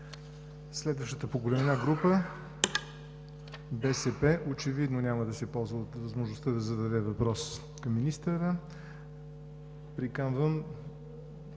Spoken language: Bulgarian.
Следващата по големина група – БСП, очевидно няма да се ползва от възможността да зададе въпрос към министъра. Приканвам